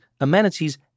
amenities